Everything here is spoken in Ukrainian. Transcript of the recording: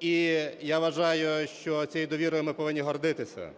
І я вважаю, що цією довірою ми повинні гордитися.